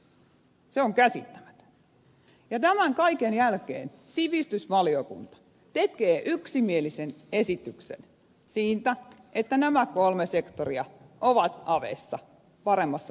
ja tämän kaiken jälkeen sivistysvaliokunta tekee yksimielisen esityksen siitä että nämä kolme sektoria ovat aveissa paremmassa paikassa